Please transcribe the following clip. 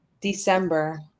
December